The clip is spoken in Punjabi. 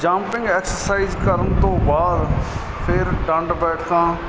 ਜਾਪਿੰਗ ਐਕਸਰਸਾਈਜ ਕਰਨ ਤੋਂ ਬਾਅਦ ਫਿਰ ਡੰਡ ਬੈਠਕਾਂ